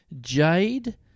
Jade